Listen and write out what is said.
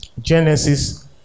Genesis